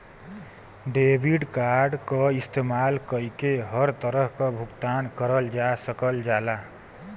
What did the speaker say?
debit card क इस्तेमाल कइके हर तरह क भुगतान करल जा सकल जाला